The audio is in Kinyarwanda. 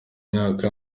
myaka